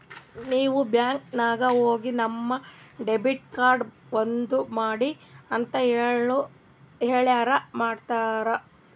ನೀವ್ ಬ್ಯಾಂಕ್ ನಾಗ್ ಹೋಗಿ ನನ್ ಡೆಬಿಟ್ ಕಾರ್ಡ್ ಬಂದ್ ಮಾಡ್ರಿ ಅಂತ್ ಹೇಳುರ್ ಮಾಡ್ತಾರ